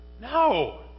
No